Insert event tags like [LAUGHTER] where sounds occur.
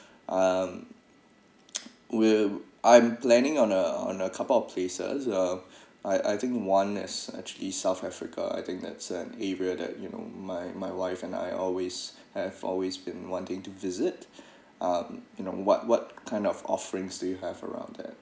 um [NOISE] we'll I'm planning on a on a couple of places uh [BREATH] I I think one as actually south africa I think that's an area that you know my my wife and I always have always been wanting to visit [BREATH] um you know what what kind of offerings do you have around that